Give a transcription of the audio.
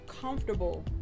comfortable